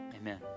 Amen